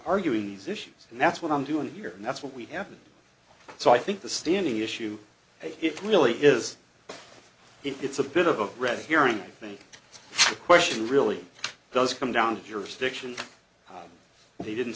arguing these issues and that's what i'm doing here and that's what we have so i think the standing issue it really is it's a bit of a red here and i think the question really does come down to jurisdiction and they didn't